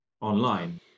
online